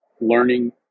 learning